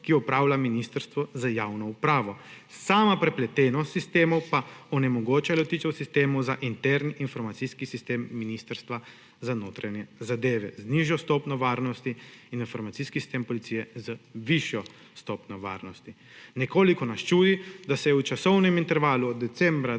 jo upravlja Ministrstvo za javno upravo. Sama prepletenost sistemov pa onemogoča dotičnemu sistemu za interni informacijski sistem Ministrstva za notranje zadeve z nižjo stopnjo varnosti in informacijski sistem policije z višjo stopnjo varnosti. Nekoliko nas čudi, da se v časovnem intervalu od decembra